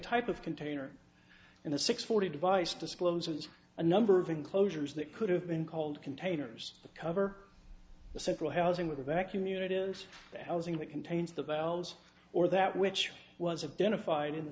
type of container and the six forty device discloses a number of enclosures that could have been called containers to cover the central housing with a vacuum unit inside the housing that contains the valves or that which was a benefit in the